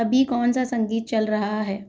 अभी कौन सा संगीत चल रहा है